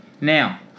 Now